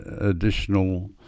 additional